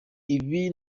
ibi